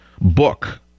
book